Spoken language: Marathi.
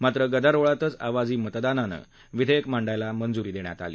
मात्र गदारोळातच आवाजी मतदानानं विधेयक मांडायला मंजुरी दख्खात आली